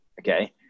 okay